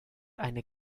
eine